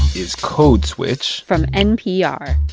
is code switch. from npr.